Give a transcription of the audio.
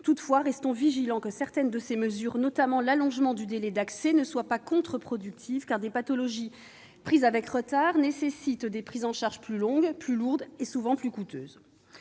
Toutefois, veillons à ce que certaines de ces mesures, notamment l'allongement du délai d'accès, ne soient pas contre-productives, car des pathologies prises en charge avec retard nécessitent des traitements plus longs, plus lourds et plus coûteux.